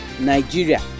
nigeria